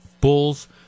bulls